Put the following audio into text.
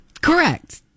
Correct